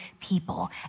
people